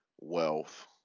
wealth